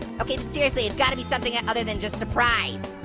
okay seriously there's gotta be something and other than just surprise,